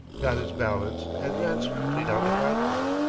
got his balance, and ran swiftly down the platform.